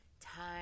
time